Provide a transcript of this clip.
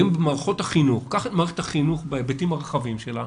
קח את מערכת החינוך בהיבטים הרחבים שלה.